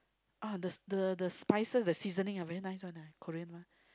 ah the the the spices the seasoning ah very nice one eh Korean one